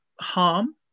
harm